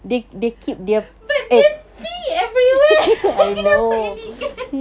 but they pee everywhere kenapa elegant